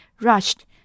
rushed